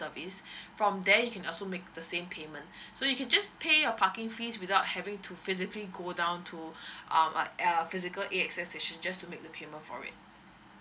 service from there you can also make the same payment so you can just pay your parking fees without having to physically go down to um like a physical A_X_S station just to make the payment for it